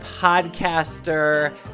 podcaster